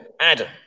Adam